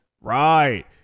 right